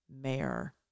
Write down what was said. mayor